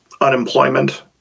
unemployment